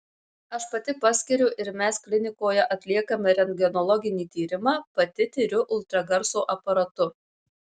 aš pati paskiriu ir mes klinikoje atliekame rentgenologinį tyrimą pati tiriu ultragarso aparatu